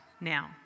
now